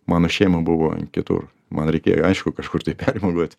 mano šeima buvo kitur man reikėjo aišku kažkur tai permiegot